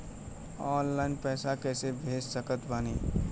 Online पैसा कैसे भेज सकत बानी?